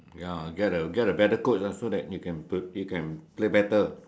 ya get a get a better Coach ah so that you can play you can play better